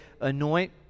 anoint